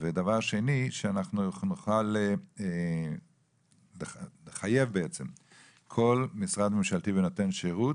ודבר שני, שנוכל לחייב כל משרד ממשלתי ונותן שירות